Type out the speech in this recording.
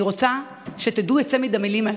אני רוצה שתדעו את צמד המילים הללו: